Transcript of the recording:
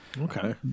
okay